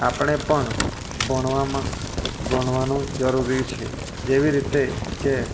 આપણે પણ ભણવામાં ભણવાનું જરૂરી છે જેવી રીતે કે